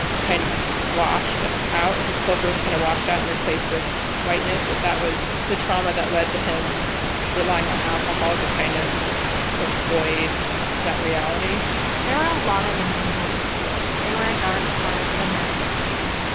kind of washed out his culture was kind of washed out and replaced with whiteness, if that was the trauma that led to him relying on alcohol to kind of avoid that reality there were a lot of indian boarding schools. they were a dark part of american history.